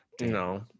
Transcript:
No